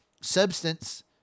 substance